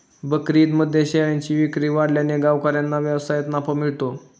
बकरीदमध्ये शेळ्यांची विक्री वाढल्याने गावकऱ्यांना व्यवसायात नफा मिळतो